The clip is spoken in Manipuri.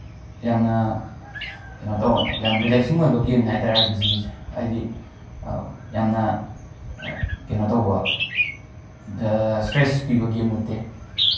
ꯌꯥꯝꯅ ꯀꯩꯅꯣ ꯇꯧꯋꯦ ꯌꯥꯝ ꯔꯤꯂꯦꯛꯁꯤꯡ ꯑꯣꯏꯕ ꯒꯦꯝꯅꯤ ꯍꯥꯏ ꯇꯥꯔꯦ ꯑꯥꯔ ꯄꯤ ꯖꯤꯁꯤ ꯍꯥꯏꯗꯤ ꯌꯥꯝꯅ ꯀꯩꯅꯣ ꯇꯧꯕ ꯗ ꯏꯁꯇ꯭ꯔꯦꯁ ꯄꯤꯕ ꯒꯦꯝ ꯅꯠꯇꯦ